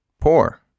poor